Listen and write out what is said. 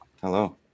Hello